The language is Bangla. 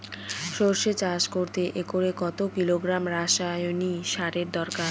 সরষে চাষ করতে একরে কত কিলোগ্রাম রাসায়নি সারের দরকার?